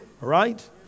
Right